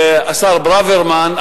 השר ברוורמן,